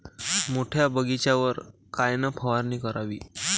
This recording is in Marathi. मोठ्या बगीचावर कायन फवारनी करावी?